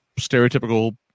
stereotypical